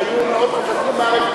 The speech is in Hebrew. שהיו מאוד חזקים בארץ,